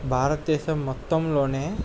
భారతదేశం మొత్తంలోనే